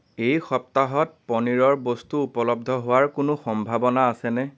এই সপ্তাহত পনীৰৰ বস্তু উপলব্ধ হোৱাৰ কোনো সম্ভাৱনা আছেনে